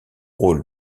rôle